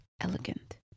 elegant